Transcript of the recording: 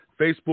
Facebook